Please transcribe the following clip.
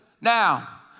now